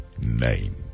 name